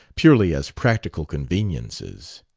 purely as practical conveniences.